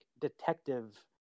detective